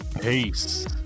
Peace